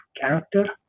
character